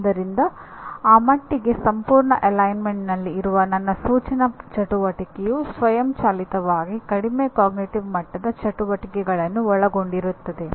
ಆದ್ದರಿಂದ ಆ ಮಟ್ಟಿಗೆ ಸಂಪೂರ್ಣ ಅಲೈನ್ಮೆಂಟ್ನಲ್ಲಿ ಇರುವ ನನ್ನ ಸೂಚನಾ ಚಟುವಟಿಕೆಯು ಸ್ವಯಂಚಾಲಿತವಾಗಿ ಕಡಿಮೆ ಅರಿವಿನ ಮಟ್ಟದ ಚಟುವಟಿಕೆಗಳನ್ನು ಒಳಗೊಂಡಿರುತ್ತದೆ